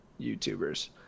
youtubers